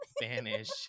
Spanish